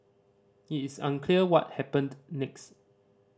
it is unclear what happened next